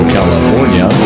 California